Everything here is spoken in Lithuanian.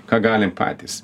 ką galim patys